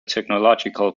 technological